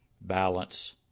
balance